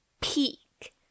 peak